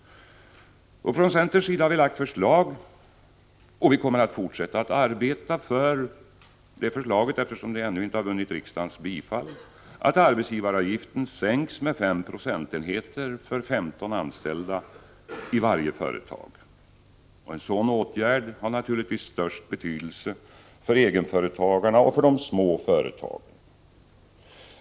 Från centerns sida har vi lagt fram förslag om att arbetsgivaravgiften skall sänkas med 5 procentenheter för 15 anställda i varje företag, och vi kommer att fortsätta att arbeta för det förslaget, eftersom det ännu inte har vunnit riksdagens bifall. En sådan åtgärd har naturligtvis störst betydelse för egenföretagarna och för de små företagen.